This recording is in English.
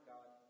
God